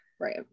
right